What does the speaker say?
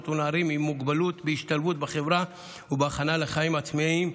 ולנערים עם מוגבלות בהשתלבות בחברה ובהכנה לחיים עצמאיים.